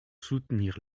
soutenir